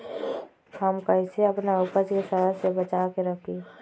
हम कईसे अपना उपज के सरद से बचा के रखी?